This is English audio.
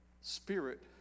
Spirit